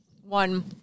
one